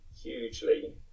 hugely